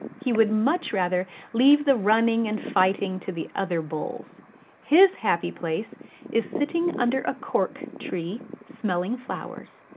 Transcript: he would much rather leave the running and fighting to the other bulls his happy place is sitting under a cork tree, smelling flowers.